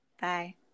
Bye